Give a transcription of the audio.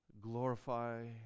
Glorify